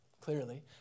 clearly